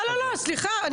לא, לא, לא, סליחה.